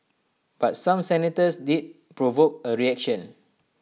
but some senators did provoke A reaction